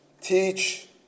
Teach